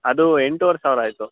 ಅದು ಎಂಟೂವರೆ ಸಾವಿರ ಆಯಿತು